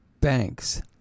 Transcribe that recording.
banks